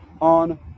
on